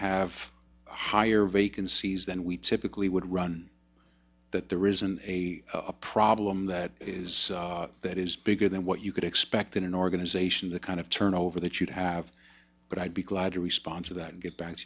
have higher vacancies than we typically would run that there isn't a problem that is that is bigger than what you could expect in an organization the kind of turnover that you'd have but i'd be glad to respond to that get back